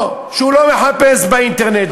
או שהוא לא מחפש באינטרנט,